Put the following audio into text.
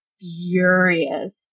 furious